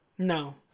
No